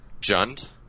Jund